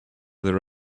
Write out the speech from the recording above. their